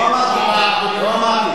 לא, לא, לא.